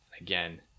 Again